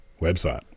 website